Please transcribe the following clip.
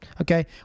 Okay